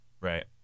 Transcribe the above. Right